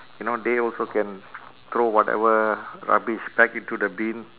you know they also can throw whatever rubbish back into the bin